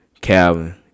Calvin